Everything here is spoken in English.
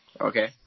Okay